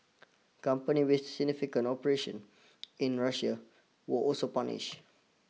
companies with significant operations in Russia were also punished